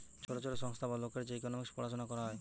ছোট ছোট সংস্থা বা লোকের যে ইকোনোমিক্স পড়াশুনা করা হয়